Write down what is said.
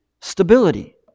stability